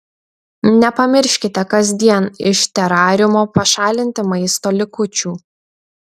nepamirškite kasdien iš terariumo pašalinti maisto likučių